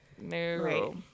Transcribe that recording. no